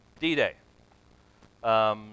D-Day